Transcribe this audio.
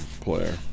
player